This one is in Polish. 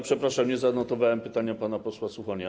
Przepraszam, nie zanotowałem pytania pana posła Suchonia.